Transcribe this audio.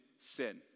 sin